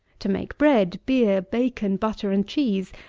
to make bread, beer, bacon, butter and cheese,